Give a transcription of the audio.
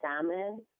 salmon